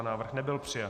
Návrh nebyl přijat.